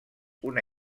una